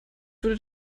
würde